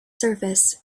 surface